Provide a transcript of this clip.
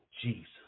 Jesus